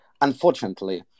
unfortunately